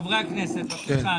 חברי הכנסת, בבקשה.